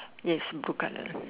yes blue colour